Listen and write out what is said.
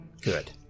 Good